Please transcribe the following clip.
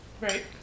Right